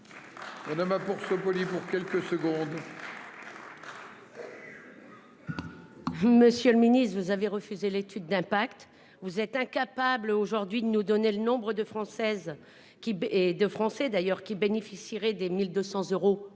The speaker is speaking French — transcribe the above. On a ma force polie pour quelques secondes. Monsieur le Ministre, vous avez refusé l'étude d'impact. Vous êtes incapables aujourd'hui de nous donner le nombre de Françaises qui est de français d'ailleurs